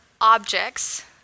objects